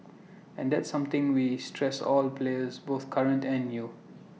and that's something we stress all the players both current and new